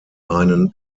einen